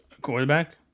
quarterback